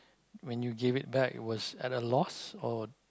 when you gave it back it was at a loss or